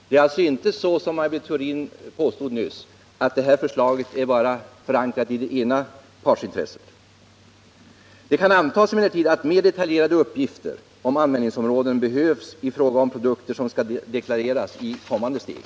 Det är alltså inte så, som Maj Britt Theorin nyss påstod, att det här förslaget är förankrat bara i det ena partsintresset. Det kan emellertid antas att mer detaljerade uppgifter om användningsområden behövs i fråga om produkter som skall deklarareras i kommande steg.